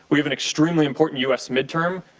we have extremely important u s. mid term.